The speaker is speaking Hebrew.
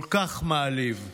כל כך מעליב.